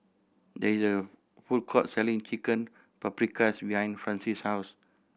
there is a food court selling Chicken Paprikas behind Francis' house